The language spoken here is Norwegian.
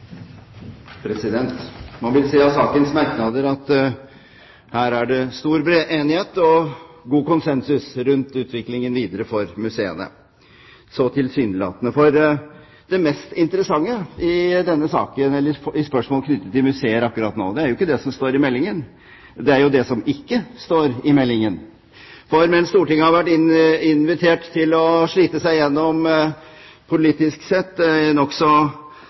det stor enighet og bred konsensus rundt utviklingen videre for museene – tilsynelatende. For det mest interessante når det gjelder spørsmål knyttet til museer akkurat nå, er ikke det som står i meldingen, det er det som ikke står i meldingen. Mens Stortinget har vært invitert til å slite seg gjennom hundrevis av sider med politisk sett